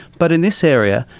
but in this area,